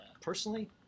personally